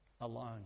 alone